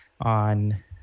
on